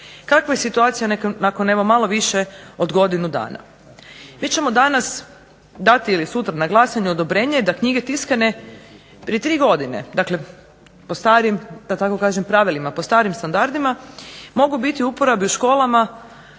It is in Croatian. Kakva je situacija evo nakon malo više od godinu dana? Mi ćemo danas dati ili sutra na glasanje odobrenje da knjige tiskane prije tri godine po starim pravilima po starim standardima mogu biti u uporabi u školama